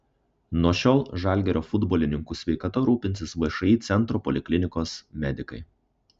nuo šiol žalgirio futbolininkų sveikata rūpinsis všį centro poliklinikos medikai